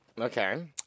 Okay